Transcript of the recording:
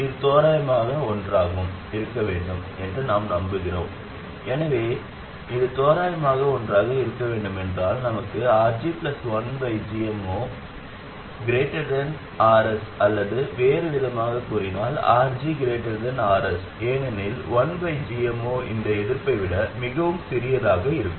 இது தோராயமாக ஒன்றாக இருக்க வேண்டும் என்று நாம் விரும்புகிறோம் எனவே இது தோராயமாக ஒன்றாக இருக்க வேண்டும் என்றால் நமக்கு RG 1gm0≫ Rs அல்லது வேறுவிதமாகக் கூறினால் RG≫ Rs ஏனெனில் 1gm0 இந்த எதிர்ப்பை விட மிகவும் சிறியதாக இருக்கும்